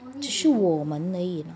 只是我们而已 leh